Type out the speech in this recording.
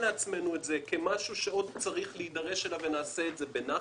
זאת כמשהו שעוד צריך להידרש אליו ונעשה את זה בנחת.